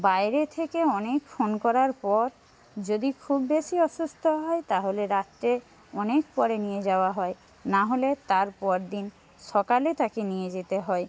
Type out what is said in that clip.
বাইরে থেকে অনেক ফোন করার পর যদি খুব বেশি অসুস্থ হয় তাহলে রাত্রে অনেক পরে নিয়ে যাওয়া হয় না হলে তার পরদিন সকালে তাকে নিয়ে যেতে হয়